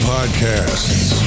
Podcasts